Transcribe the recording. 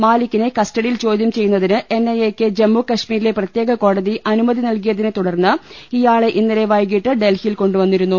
മാലിക്കിനെ കസ്റ്റഡിയിൽ ചോദ്യം ചെയ്യുന്നതിന് എൻഐഎക്ക് ജമ്മു കശ്മീരിലെ പ്രത്യേക കോടതി അനുമതി നൽകിയതിനെ തുടർന്ന് ഇയാളെ ഇന്നലെ വൈകീട്ട് ഡൽഹിയിൽ കൊണ്ടുവന്നിരുന്നു